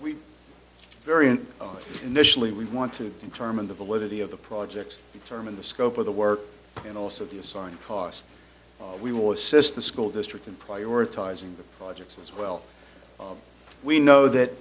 we variant on initially we want to in terms of the validity of the project determine the scope of the work and also the assigned cost we will assist the school district in prioritizing the projects as well we know that